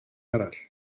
arall